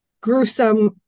gruesome